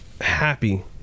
happy